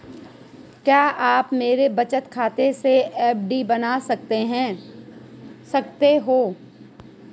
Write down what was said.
क्या आप मेरे बचत खाते से एफ.डी बना सकते हो?